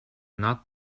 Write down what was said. not